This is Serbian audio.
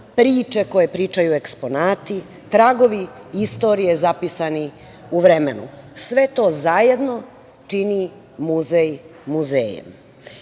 priče koje pričaju eksponati, tragovi istorije zapisani u vremenu. Sve to zajedno čini muzej muzejom. Idealna